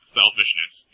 selfishness